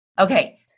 Okay